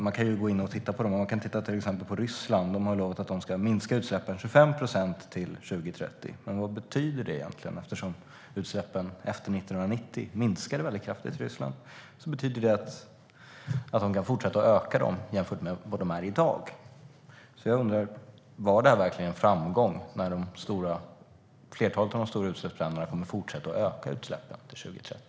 Man kan titta på till exempel Ryssland. Där har man lovat att man minska utsläppen med 25 procent till 2030. Men vad betyder det egentligen, eftersom utsläppen efter 1990 minskade kraftigt i Ryssland? Betyder det att man kan fortsätta att öka utsläppen jämfört med dagens nivå? Så jag undrar: Var det här verkligen en framgång när flertalet av de stora utsläppsländerna kommer att fortsätta att öka utsläppen till 2030?